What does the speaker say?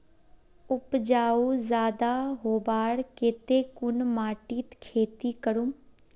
उपजाऊ ज्यादा होबार केते कुन माटित खेती करूम?